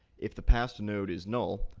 if the passed node is null,